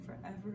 forever